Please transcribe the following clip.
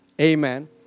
Amen